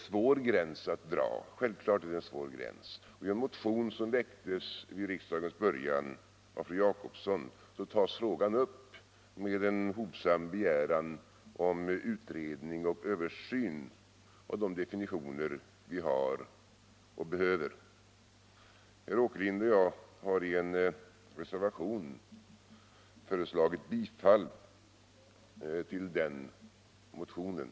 Självklart är gränsen svår att dra. I den motion som väcktes vid riksmötets början av fru Jacobsson tas frågan upp med en hovsam begäran om utredning och översyn av de definitioner vi har och behöver ha. Herr Åkerlind och jag har i en reservation föreslagit bifall till den motionen.